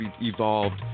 evolved